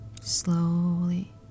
slowly